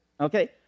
okay